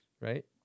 Right